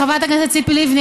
חברת הכנסת ציפי לבני,